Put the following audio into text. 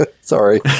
Sorry